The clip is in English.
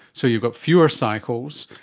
so you've got fewer cycles,